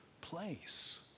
place